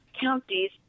counties